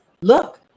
Look